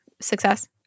success